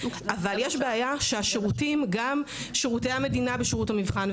אבל יש בעיה שגם שירותי המדינה ושירות המבחן,